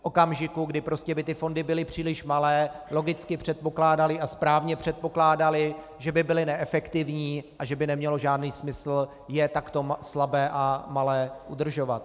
V okamžiku, kdy by fondy byly příliš malé, logicky předpokládali, a správně předpokládali, že by byly neefektivní a že by nemělo žádný smysl je takto slabé a malé udržovat.